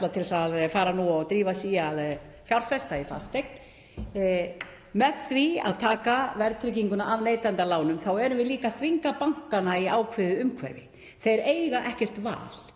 til að fara nú að drífa sig að fjárfesta í fasteign. Með því að taka verðtrygginguna af neytendalánum erum við líka að þvinga bankana í ákveðið umhverfi. Þeir eiga ekkert val.